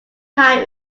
time